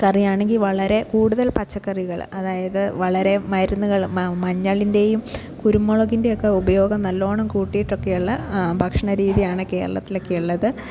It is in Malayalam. കറിയാണെങ്കിൽ വളരെ കൂടുതൽ പച്ചക്കറികൾ അതായത് വളരെ മരുന്നുകൾ മ മഞ്ഞളിന്റെയും കുരുമുളകിൻ്റെയൊക്കെ ഉപയോഗം നല്ലവണ്ണം കൂട്ടിയിട്ടൊക്കെയുള്ള ഭക്ഷണരീതിയാണ് കേരളത്തിലോക്കെ ഉള്ളത്